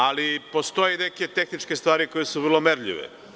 Ali, postoje neke tehničke stvari koje su vrlo merljive.